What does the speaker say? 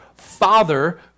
Father